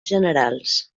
generals